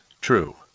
true